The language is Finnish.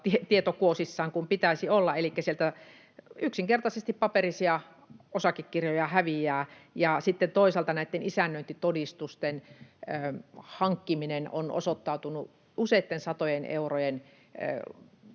tietokuosissa kuin pitäisi olla, elikkä sieltä yksinkertaisesti paperisia osakekirjoja häviää. Sitten toisaalta näitten isännöintitodistusten hankkiminen on osoittautunut useitten satojen eurojen